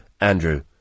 Andrew